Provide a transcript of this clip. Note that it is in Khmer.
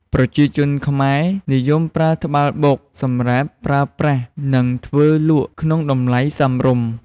ប្រជាជនខ្មែរនិយមធ្វើត្បាល់បុកសម្រាប់ប្រើប្រាស់ និងធ្វើលក់ក្នុងតម្លៃរសមរម្យ។